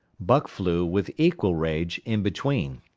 buck flew, with equal rage, in between.